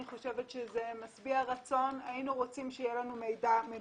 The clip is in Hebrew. אם לא, זה יהיה עם אחרים, לא איתי.